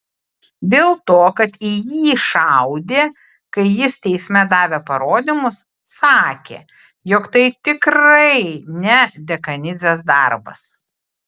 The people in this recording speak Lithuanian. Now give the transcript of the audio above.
dėl to kad į jį šaudė kai jis teisme davė parodymus sakė jog tai tikrai ne dekanidzės darbas